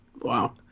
Wow